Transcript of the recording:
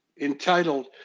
entitled